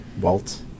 Walt